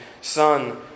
Son